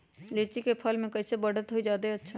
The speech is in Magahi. लिचि क फल म कईसे बढ़त होई जादे अच्छा?